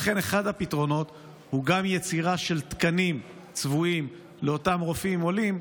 לכן אחד הפתרונות הוא גם יצירה של תקנים צבועים לאותם רופאים עולים,